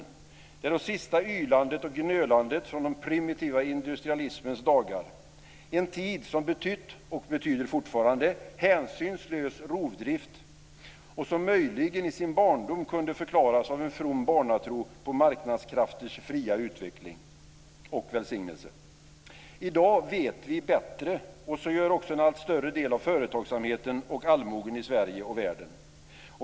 Det är det sista ylandet och gnölandet från den primitiva industrialismens dagar, en tid som betytt och fortfarande betyder hänsynslös rovdrift och som möjligen i sin barndom kunde förklaras av en from barnatro på marknadskrafters fria utveckling och välsignelse. I dag vet vi bättre och det gör också en allt större del av företagsamheten och allmogen i Sverige och världen.